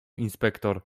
inspektor